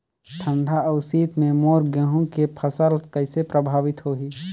ठंडा अउ शीत मे मोर गहूं के फसल कइसे प्रभावित होही?